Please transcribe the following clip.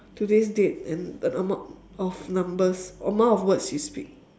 today's date and the amou~ of numbers amount of words you speak